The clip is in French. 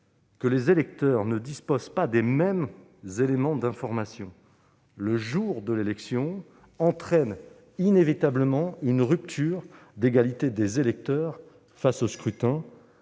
que les électeurs ne disposent pas des mêmes éléments d'information, le jour de l'élection, entraîne inévitablement une rupture d'égalité entre eux qui